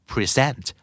Present